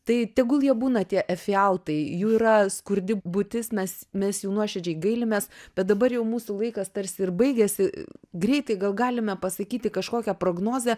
tai tegul jie būna tie efialtai jų yra skurdi būtis mes mes jų nuoširdžiai gailimės bet dabar jau mūsų laikas tarsi ir baigiasi greitai gal galime pasakyti kažkokią prognozę